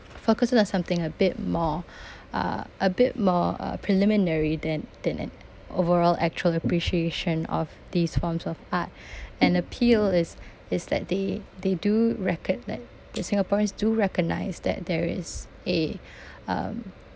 focuses on something a bit more uh a bit more a preliminary than than an overall actual appreciation of these forms of art and appeal is is that they they do reckon like the singaporeans do recognise that there is a um